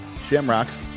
Shamrocks